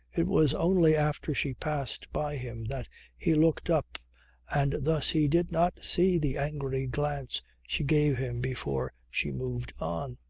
it was only after she passed by him that he looked up and thus he did not see the angry glance she gave him before she moved on.